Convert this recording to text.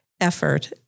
effort